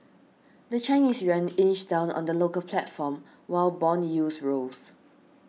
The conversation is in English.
the Chinese yuan inched down on the local platform while bond yields rose